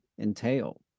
entail